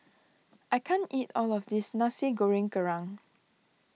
I can't eat all of this Nasi Goreng Kerang